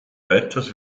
weiters